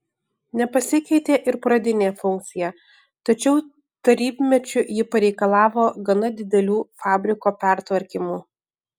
nepasikeitė ir pradinė funkcija tačiau tarybmečiu ji pareikalavo gana didelių fabriko pertvarkymų